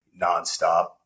nonstop